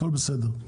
הכול בסדר.